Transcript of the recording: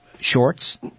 shorts